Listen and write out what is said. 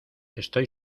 estoy